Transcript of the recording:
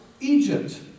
Egypt